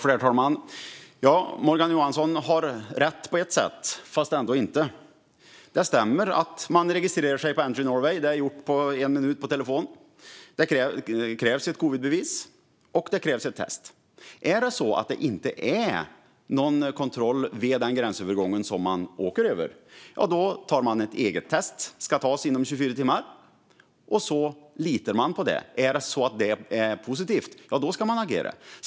Herr talman! Morgan Johansson har rätt på ett sätt, fast ändå inte. Det stämmer att man registrerar sig på Entry Norway. Det är gjort på en minut på telefon. Det krävs ett covidbevis och ett test. Är det så att det inte är någon kontroll vid den gränsövergång som man åker över tar man ett eget test. Det ska tas inom 24 timmar, och så litar man på det. Är det så att testet är positivt ska man agera.